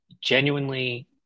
genuinely